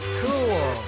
cool